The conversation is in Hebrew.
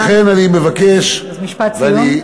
ולכן אני מבקש, אז משפט סיום.